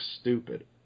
stupid